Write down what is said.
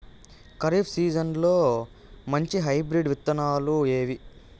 ఖరీఫ్ సీజన్లలో మంచి హైబ్రిడ్ విత్తనాలు ఏవి